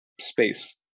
space